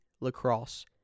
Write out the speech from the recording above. lacrosse